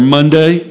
Monday